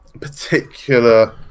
particular